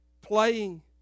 playing